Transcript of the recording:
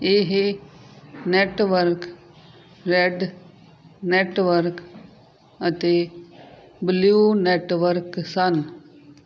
ਇਹ network red network ਅਤੇ blue network ਸਨ